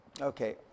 Okay